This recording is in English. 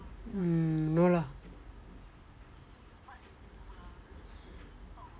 mm no lah